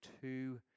two